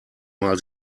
mal